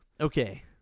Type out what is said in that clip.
Okay